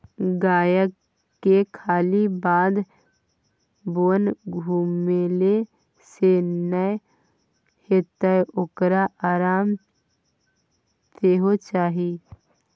गायके खाली बाध बोन घुमेले सँ नै हेतौ ओकरा आराम सेहो चाही